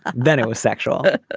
ah then it was sexual.